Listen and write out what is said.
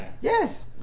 Yes